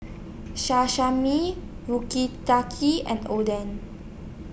and Oden